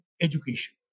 education